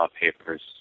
Papers